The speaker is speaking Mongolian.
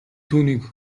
түүнийг